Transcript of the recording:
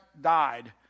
died